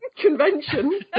convention